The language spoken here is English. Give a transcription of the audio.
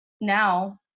Now